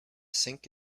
sink